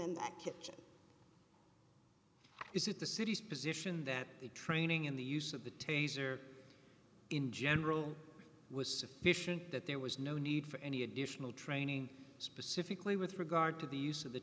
kitchen is it the city's position that the training in the use of the taser in general was sufficient that there was no need for any additional training specifically with regard to the use of the